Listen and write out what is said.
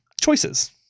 choices